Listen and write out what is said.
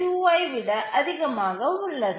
2 ஐ விட அதிகமாக உள்ளது